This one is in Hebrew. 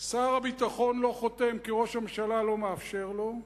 שר הביטחון לא חותם כי ראש הממשלה לא מאפשר לו,